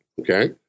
okay